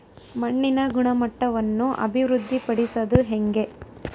ಮಣ್ಣಿನ ಗುಣಮಟ್ಟವನ್ನು ಅಭಿವೃದ್ಧಿ ಪಡಿಸದು ಹೆಂಗೆ?